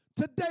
Today